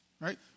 Right